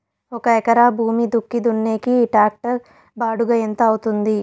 ఒక ఎకరా భూమి దుక్కి దున్నేకి టాక్టర్ బాడుగ ఎంత అవుతుంది?